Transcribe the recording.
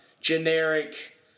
generic